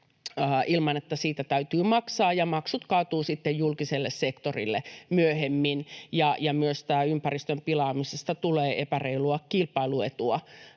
ilman, että siitä täytyy maksaa, ja maksut kaatuvat sitten julkiselle sektorille myöhemmin, ja ympäristön pilaamisesta tulee myös epäreilua kilpailuetua